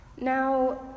Now